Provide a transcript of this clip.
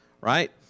Right